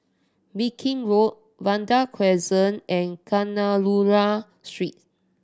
Viking Road Vanda Crescent and Kadayanallur Street